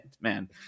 man